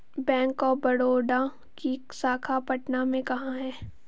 Bank of Baroda की शाखा पटना में कहाँ है?